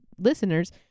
listeners